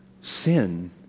sin